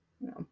No